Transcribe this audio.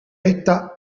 esta